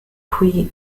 pre